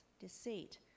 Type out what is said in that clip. deceit